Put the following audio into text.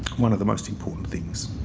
one of the most important things.